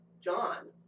John